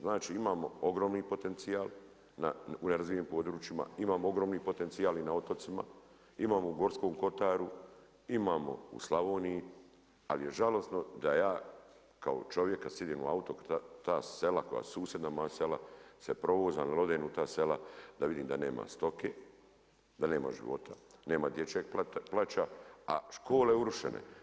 Znači imamo ogromni potencijal u nerazvijenim područjima, imamo ogromni potencijal i na otocima, imamo u Gorskom kotaru, imamo u Slavoniji, ali je žalosno da ja kao čovjek kad sjednem u auto kad vidim ta sela koja, susjedna moja sela se provozam ili odem u ta sela da vidim da nema stoke, da nema života, nema dječjeg plaća, a škole urušene.